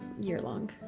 year-long